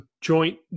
joint